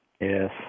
Yes